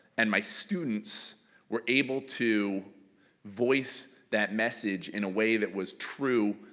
and my students were able to voice that message in a way that was true,